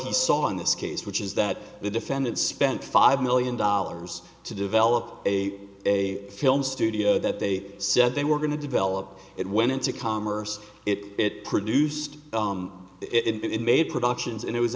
he saw in this case which is that the defendants spent five million dollars to develop a a film studio that they said they were going to develop it went into commerce it produced it made productions and it was